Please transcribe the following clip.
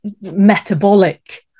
metabolic